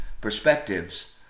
perspectives